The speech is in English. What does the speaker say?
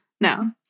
No